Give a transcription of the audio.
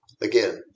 Again